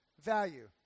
value